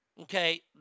Okay